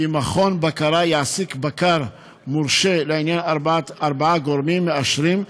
כי מכון בקרה יעסיק בקר מורשה לעניין ארבעה גורמים מאשרים,